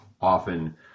often